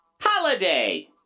Holiday